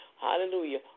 Hallelujah